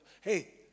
Hey